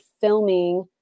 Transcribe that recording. filming